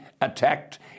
attacked